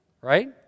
Right